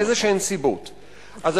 מסיבות כלשהן.